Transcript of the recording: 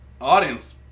Audience